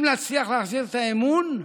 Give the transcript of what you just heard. אם נצליח להחזיר את האמון,